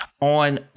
on